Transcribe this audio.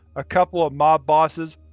a couple of mob bosses,